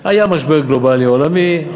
היה משבר גלובלי עולמי.